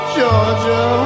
Georgia